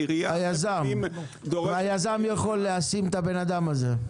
היזם יכול לשים את האדם הזה.